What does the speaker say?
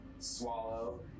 swallow